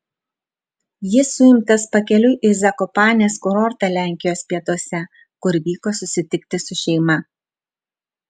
jis suimtas pakeliui į zakopanės kurortą lenkijos pietuose kur vyko susitikti su šeima